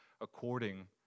according